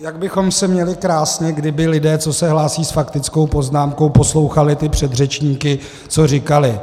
Jak bychom se měli krásně, kdyby lidé, co se hlásí s faktickou poznámkou, poslouchali ty předřečníky, co říkali.